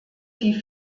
die